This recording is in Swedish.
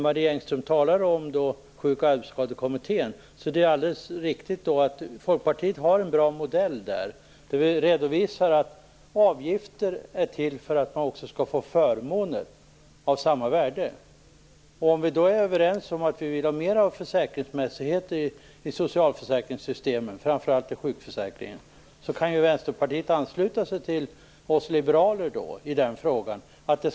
Marie Engström talar om Sjuk och arbetsskadekommittén, och det är alldeles riktigt att Folkpartiet där har en bra modell, i vilken vi redovisar att avgifter är till för att man också skall få förmåner av samma värde. Om vi är överens om att vi vill ha mer av försäkringsmässighet i socialförsäkringssystemen, framför allt i sjukförsäkringen, kan ju Vänsterpartiet ansluta sig till oss liberaler i den frågan.